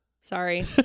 Sorry